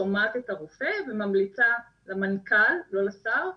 שומעת את הרופא וממליצה למנכ"ל, לא לשר,